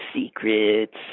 secrets